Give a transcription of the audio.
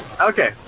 Okay